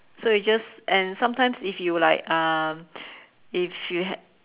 so is just and sometimes if you like um if you had